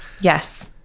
Yes